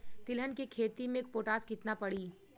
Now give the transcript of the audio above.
तिलहन के खेती मे पोटास कितना पड़ी?